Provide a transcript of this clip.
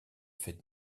fêtes